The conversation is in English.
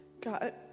god